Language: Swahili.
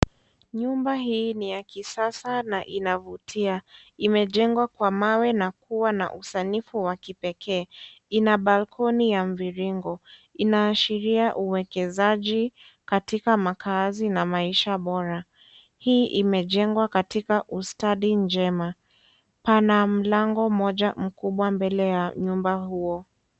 Nyumba hii ni ya kisasa na inavutia, imejengwa kwa mawe na kuwa na usanifu wa kipekee, ina (cs)balkoni(cs) ya mviringo, inaashiria uekezaji katika makaazi na maisha bora, hii imejengwa katika ustadi njema, pana mlango moja mkubwa mbele ya nyumba huo.